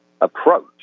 approach